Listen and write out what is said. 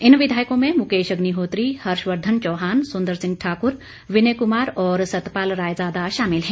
इन विधायकों में मुकेश अग्निहोत्री हर्षवर्धन चौहान सुंदर सिंह ठाकुर विनय कुमार और सतपाल रायजादा शामिल है